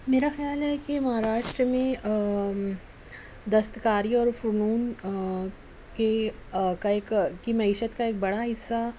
میرا خیال ہے کہ مہاراشٹرا میں دستکاری اور فنون کے کا کی ایک معیشت کا ایک بڑا حصّہ